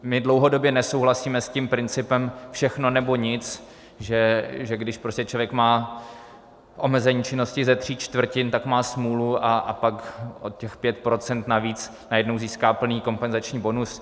My dlouhodobě nesouhlasíme s tím principem všechno, nebo nic, že když prostě člověk má omezení činnosti ze tří čtvrtin, tak má smůlu, a pak o těch 5 % navíc najednou získá plný kompenzační bonus.